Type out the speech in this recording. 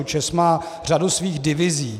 ČEZ má řadu svých divizí.